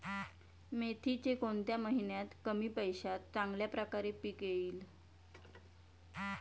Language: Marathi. मेथीचे कोणत्या महिन्यात कमी पैशात चांगल्या प्रकारे पीक येईल?